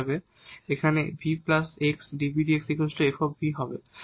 এখানে 𝑣 𝑥 𝑑𝑣𝑑𝑥 𝑓 𝑣 হবে